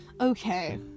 Okay